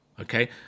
okay